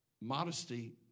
modesty